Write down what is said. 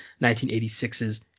1986's